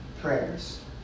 prayers